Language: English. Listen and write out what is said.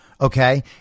Okay